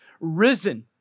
risen